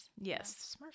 Yes